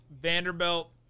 Vanderbilt